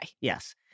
Yes